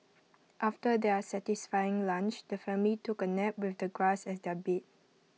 after their satisfying lunch the family took A nap with the grass as their bed